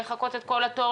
לחכות את כל התור,